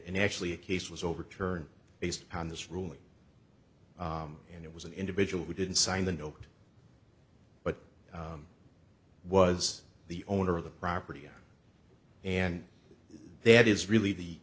and actually a case was overturned based upon this ruling and it was an individual who didn't sign the note but was the owner of the property and they had is really